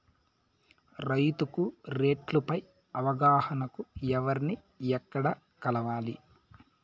రైతుకు రేట్లు పై అవగాహనకు ఎవర్ని ఎక్కడ కలవాలి?